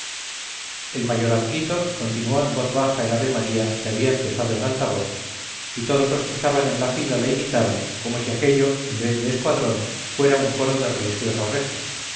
el mayorazguito continuó en voz baja el ave-maría que había empezado en alta voz y todos los que estaban en la fila le imitaron como si aquello en vez de escuadrón fuera un coro de religioso rezo